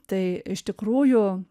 tai iš tikrųjų